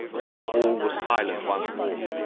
and then all was silent once more,